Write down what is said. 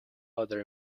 other